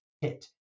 hit